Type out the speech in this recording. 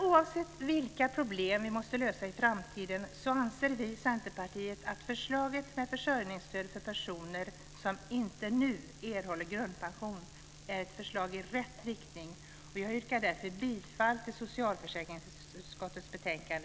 Oavsett vilka problem vi måste lösa i framtiden anser vi i Centerpartiet att förslaget till försörjningsstöd för personer som inte nu erhåller grundpension är ett förslag i rätt riktning, och jag yrkar därför bifall till förslaget i socialförsäkringsutskottets betänkande